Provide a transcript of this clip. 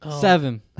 seven